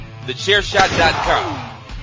TheChairShot.com